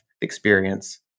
experience